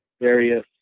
various